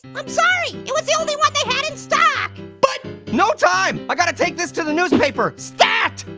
i'm sorry, it was the only one they had in stock. but no time! i gotta take this to the newspaper, stat!